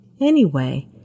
Anyway